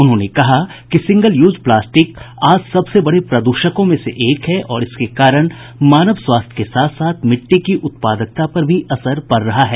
उन्होंने कहा कि सिंगल यूज प्लास्टिक आज सबसे बड़े प्रद्षकों में से एक है और इसके कारण मानव स्वास्थ्य के साथ साथ मिट्टी की उत्पादकता पर भी असर पड़ रहा है